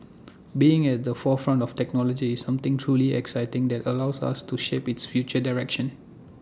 being at the forefront of technology is something truly exciting that allows us to shape its future direction